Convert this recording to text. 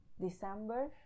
December